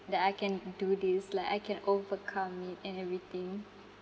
that I can do this like I can overcome it and everything